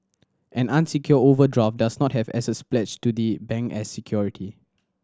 an unsecured overdraft does not have assets pledged to the bank as security